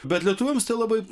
bet lietuviams tai labai